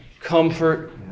comfort